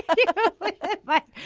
think about it. but